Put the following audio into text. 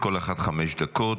המציעות, כל אחת חמש דקות.